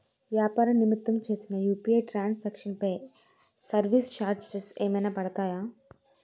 వ్యాపార నిమిత్తం చేసిన యు.పి.ఐ ట్రాన్ సాంక్షన్ పై సర్వీస్ చార్జెస్ ఏమైనా పడతాయా?